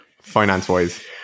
finance-wise